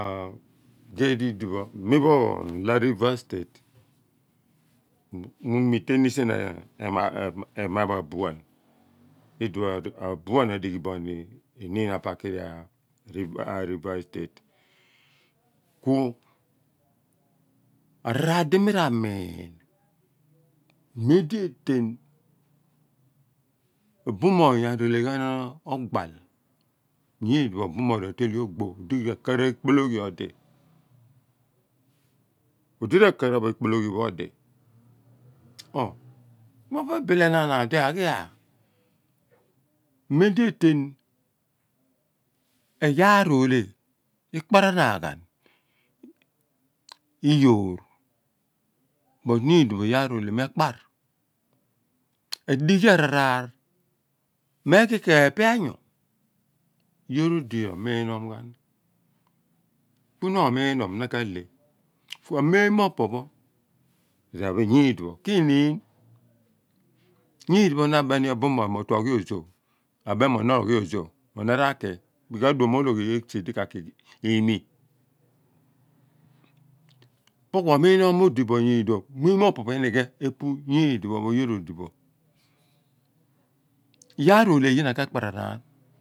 Am gae di di pho mi pho opon olah river state miu mete eni sion ema pho abuan idiphe abuan odi ghi booni oniin apakiiri a river state ku araar di mi ra miin memdi etain obumoony arele ghan ogbaal nyidi pho obumoony ratea leh ogbo r'a kara egbologhi odi odi rakara bo ekpologhi pho odi oh mo bi bi le naan odi aghia mem di etean iyaar deh ekpara naan ghan iyoor but nydipho iyaar oleh me kpar adighi araar me ghi kee pe anyou yoor odi rominom ghan ku na ominom na ka leh a mom mo opo pho ra yii di pho ki niin nyi di pho na abeeni obumoony mo tue oghi ojo ra meera mo no̱r raki odi aduum moo loo looghi esi diodi ka ki imii opo kuo miinom nuo odibo nyi di pho mem mo opopho inighe epu nyi dipho iyaar ole nyina kekpara naan.